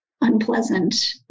unpleasant